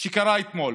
שקרה אתמול.